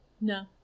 No